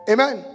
Amen